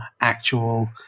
actual